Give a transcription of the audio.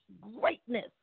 greatness